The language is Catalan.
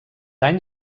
any